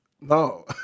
No